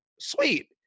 Sweet